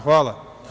Hvala.